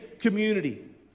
community